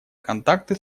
контакты